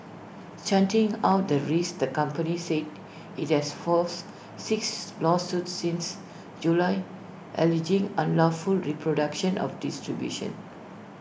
charting out the risks the company said IT has faced six lawsuits since July alleging unlawful reproduction of distribution